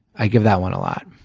i give that one a lot.